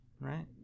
Right